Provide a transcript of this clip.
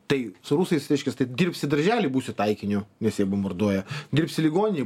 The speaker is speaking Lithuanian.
tai su rusais reiškias taip dirbsi daržely būsi taikiniu nes jie bombarduoja dirbsi ligoninėj